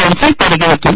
council പരിഗണിക്കും